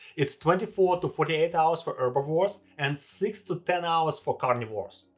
it's twenty four to forty eight hours for herbivores, and six to ten hours for carnivores.